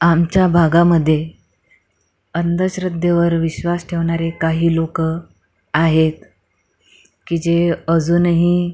आमच्या भागामधे अंधश्रद्धेवर विश्वास ठेवणारे काही लोक आहेत की जे अजूनही